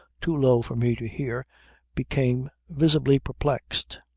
too low for me to hear became visibly perplexed.